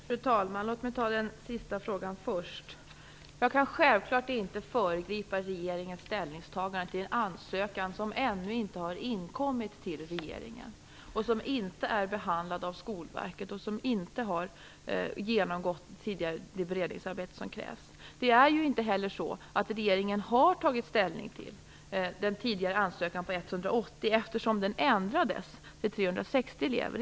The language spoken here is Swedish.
Fru talman! Låt mig ta den senaste frågan först. Jag kan självfallet inte föregripa regeringens ställningstagande till en ansökan som ännu inte har inkommit till regeringen, som inte är behandlad av Skolverket och som inte har genomgått det beredningsarbete som krävs. Det är ju inte heller så att regeringen har tagit ställning till den tidigare ansökan som gällde 180 elever, eftersom den ändrades till att gälla 360 elever.